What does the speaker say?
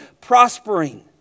prospering